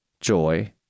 joy